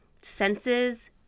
senses